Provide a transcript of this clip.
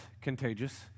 contagious